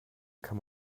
kann